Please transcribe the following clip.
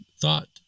thought